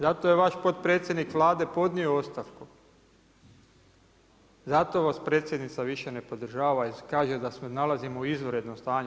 Zato je vaš potpredsjednik Vlade podnio ostavku, zato vas predsjednica više ne podržava jer kaže da se nalazimo u izvanrednom stanju.